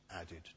added